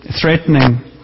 threatening